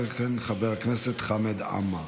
אחרי כן, חבר הכנסת חמד עמר.